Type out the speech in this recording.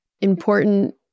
important